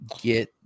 get